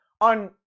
on